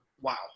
wow